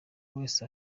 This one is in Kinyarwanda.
wese